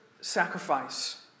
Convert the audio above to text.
sacrifice